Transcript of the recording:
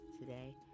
today